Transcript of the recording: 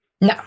No